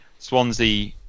Swansea